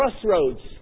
crossroads